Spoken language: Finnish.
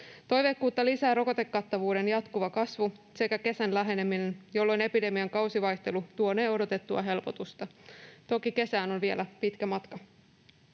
Toiveikkuutta lisää rokotekattavuuden jatkuva kasvu sekä kesän läheneminen, jolloin epidemian kausivaihtelu tuonee odotettua helpotusta. Toki kesään on vielä pitkä matka.